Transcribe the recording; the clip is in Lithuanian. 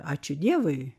ačiū dievui